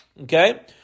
Okay